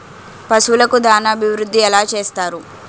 పశువులకు దాన అభివృద్ధి ఎలా చేస్తారు?